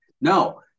No